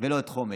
ולא את חומש.